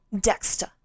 Dexter